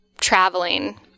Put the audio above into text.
traveling –